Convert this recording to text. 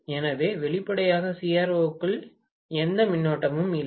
எனவே வெளிப்படையாக CRO க்குள் எந்த மின்னோட்டமும் இல்லை